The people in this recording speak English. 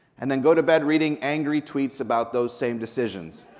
and then go to bed reading angry tweets about those same decisions.